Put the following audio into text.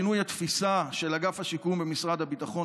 שינוי התפיסה של אגף השיקום במשרד הביטחון